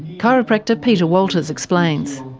chiropractor peter walters explains